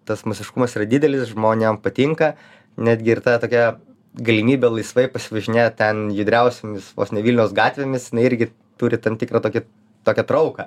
tas masiškumas yra didelis žmonėm patinka netgi ir ta tokia galimybė laisvai pasivažinėt ten judriausiomis vos ne vilniaus gatvėmis jinai irgi turi tam tikrą tokį tokią trauką